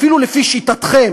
אפילו לפי שיטתכם,